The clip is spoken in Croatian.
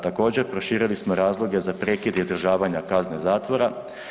Također proširili smo razloge za prekid izdržavanja kazne zatvora.